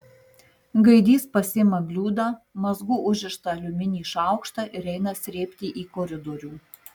gaidys pasiima bliūdą mazgu užrištą aliumininį šaukštą ir eina srėbti į koridorių